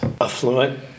affluent